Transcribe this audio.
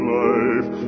life